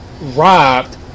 robbed